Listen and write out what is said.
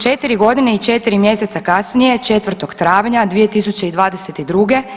4 godine i 4 mjeseca kasnije, 4. travnja 2022.